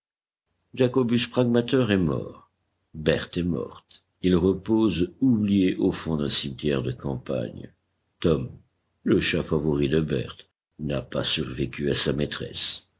jacobus pragmater est mort berthe est morte ils reposent oubliés au fond d'un cimetière de campagne tom le chat favori de berthe n'a pas survécu à sa maîtresse